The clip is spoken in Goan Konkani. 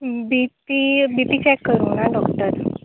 बी पी बी पी चॅक करूंक ना डॉक्टर